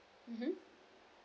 mmhmm